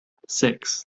six